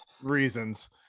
reasons